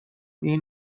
این